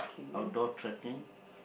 outdoor trekking